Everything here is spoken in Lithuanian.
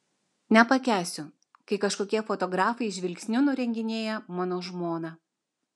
nepakęsiu kai kažkokie fotografai žvilgsniu nurenginėja mano žmoną